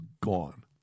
gone